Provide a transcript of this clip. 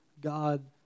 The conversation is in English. God